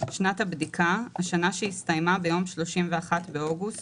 "שנת הבדיקה" השנה שהסתיימה ביום 31 באוגוסט